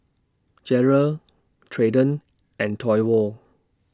Jarred Treyton and Toivo